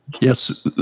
Yes